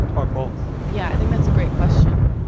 or both? yeah, i think that's a great question.